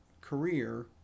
career